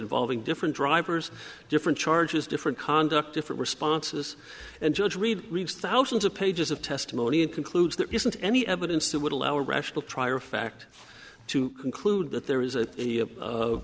involving different drivers different charges different conduct different responses and judge read reads thousands of pages of testimony and concludes there isn't any evidence that would allow a rational trier of fact to conclude that there is